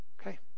Okay